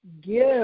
Give